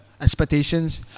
Expectations